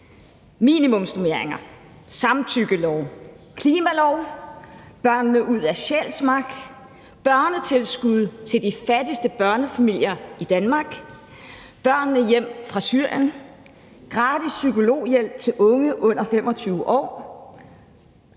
Minimumsnormeringer, samtykkelov, klimalov, børnene ud af Sjælsmark, børnetilskud til de fattigste børnefamilier i Danmark, børnene hjem fra Syrien, gratis psykologhjælp til unge under 25 år,